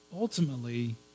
ultimately